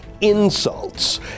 insults